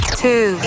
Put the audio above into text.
two